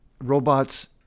robots